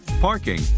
parking